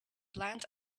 bland